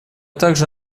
также